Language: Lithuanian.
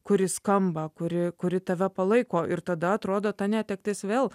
kuri skamba kuri kuri tave palaiko ir tada atrodo ta netektis vėl